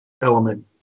element